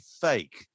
fake